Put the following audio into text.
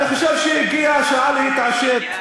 אני חושב שהגיעה השעה להתעשת.